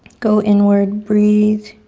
go inward, breathe.